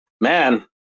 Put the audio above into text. man